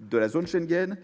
de la zone Schengen